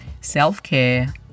self-care